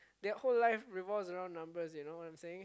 that whole life revolves around numbers you know what I'm saying